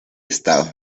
estado